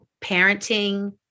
parenting